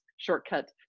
shortcut